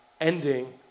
ending